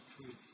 truth